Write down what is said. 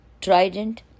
trident